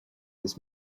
this